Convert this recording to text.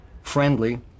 friendly